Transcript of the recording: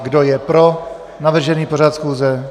Kdo je pro navržený pořad schůze?